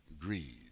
greed